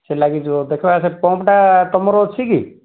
ସେ ଲାଗିଯିବ ଦେଖବା ସେ ପମ୍ପ୍ଟା ତୁମର ଅଛି କି